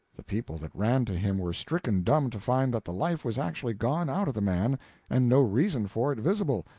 the people that ran to him were stricken dumb to find that the life was actually gone out of the man and no reason for it visible,